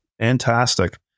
Fantastic